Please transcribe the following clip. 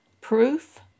Proof